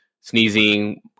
sneezing